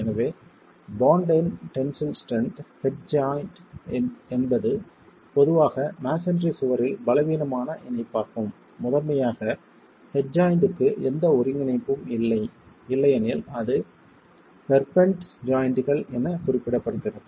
எனவே பாண்ட் இன் tensile strength head joint என்பது பொதுவாக மஸோன்றி சுவரில் பலவீனமான இணைப்பாகும் முதன்மையாக ஹெட் ஜாய்ண்ட்க்கு எந்த ஒருங்கிணைப்பும் இல்லை இல்லையெனில் அது பெர்பென்ட் ஜாய்ண்ட்கள் என குறிப்பிடப்படுகிறது